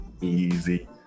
easy